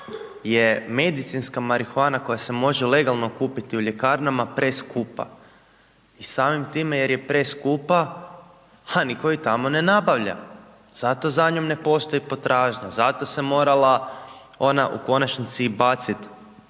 je medicinska marihuana, koja se može legalno kupiti u ljekarnama preskupa i samim time, jer je preskupa, nitko je tamo ne nabava, zato za njim ne postoji potražnja, zato se moralo ona i u konačnici baciti,